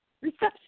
Reception